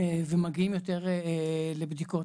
ומגיעים יותר לבדיקות.